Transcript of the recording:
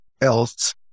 else